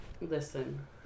Listen